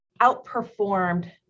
outperformed